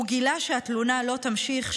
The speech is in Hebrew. הוא גילה שהתלונה לא תימשך,